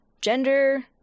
gender